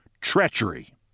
treachery